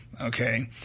Okay